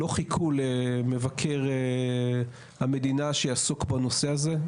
לא חיכו למבקר המדינה שיעסוק בנושא הזה,